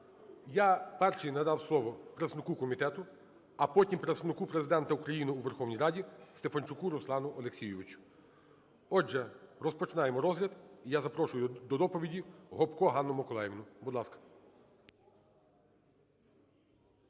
Я першому надам слово представнику комітету, а потім Представнику Президента України у Верховній РадіСтефанчуку Руслану Олексійовичу. Отже, розпочинаємо розгляд. І я запрошую до доповідіГопко Ганну Миколаївну, будь ласка.